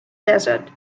desert